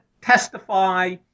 testify